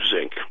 zinc